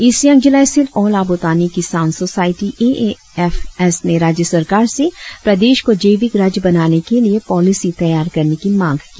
east Siang जिला स्थित all Abotani Kisan society A A F S ने राज्य सरकार से प्रदेश को जैविक राज्य बनाने के लिए पॉलिसी तैयार करने की मांग की